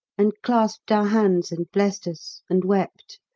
and clasped our hands and blessed us and wept.